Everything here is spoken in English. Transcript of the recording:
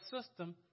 system